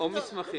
או מסמכים.